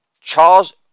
Charles